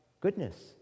goodness